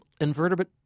invertebrate